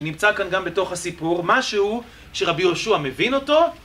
נמצא כאן גם בתוך הסיפור משהו שרבי יהושע מבין אותו